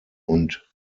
und